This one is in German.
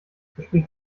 versprich